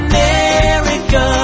America